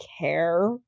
care